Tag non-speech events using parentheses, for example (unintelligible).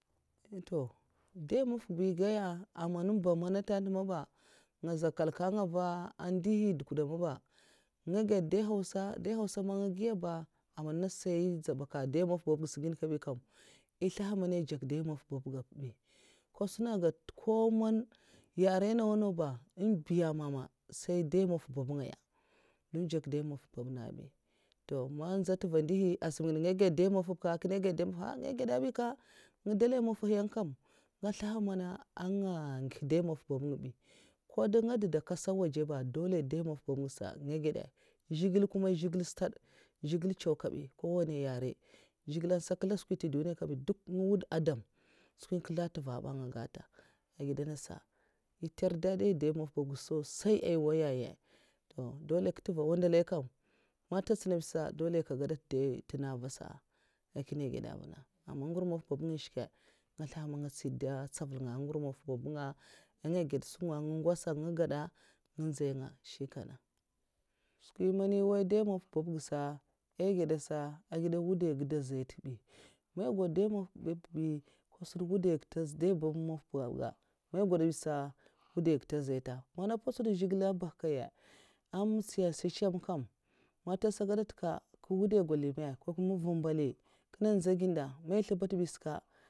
To dai maf èh giyè a mamn zaman ntèntè ndinmamba nga za nkal ngai nga va nduhi dukwuda ma ba nga dai hausa ma nga giya ba sai èhn dzabaka ah dèi mafa babag ngsa èh slaha mana èn ɗzak dai maf babga ka suna gèd koman yarèn nawa naw ba man din man ka mfiya mam ma ngaya ndo njèk dai babg nènga azbay to mam nza ntuva ndohi sa' azun nga dèi mafa baka azun kinè gèd dai, mafa' mbudè ngu dalai mafahiya nga slaha man anga nda ngihya dèi' ng bi ko duda kasar' wajè ba dolè dèi mafa sa' nga gèdè a zhigilè kuma stad zhigilè kuma stad zhigilè cèw' kabi zhigilè sa nkèzla skwi ntui duniya kabi duk wudam skwi nkèzla ntuvèh ba an nga gata agi dè nasa èh tèr dadi dèi mafa sa kata ai wayè daman nku tèvèh waandaal sa ndarsa m tatsèna vha azun kè gèdèt dai ntunga avasa nga gèdè nvuna vasa skwi. man èwai yè da dai mafa' èih gada kètsa èwaya wud ga tazhè ta bi mai ugwadè dai mafa sa mona mpètsuna nga gèd dèi mafa mai zlèmbad' (unintelligible)